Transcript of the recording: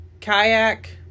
kayak